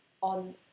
on